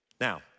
Now